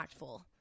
impactful